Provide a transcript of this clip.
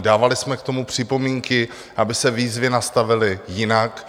Dávali jsme k tomu připomínky, aby se výzvy nastavily jinak.